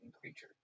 creature